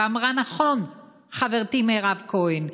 ואמרה נכון חברתי מירב כהן: